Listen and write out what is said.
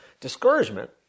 Discouragement